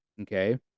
okay